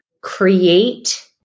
create